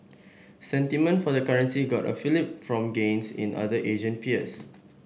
sentiment for the currency got a fillip from gains in other Asian peers